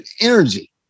energy